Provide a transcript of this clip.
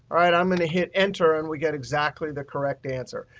i'm going to hit enter. and we get exactly the correct answer.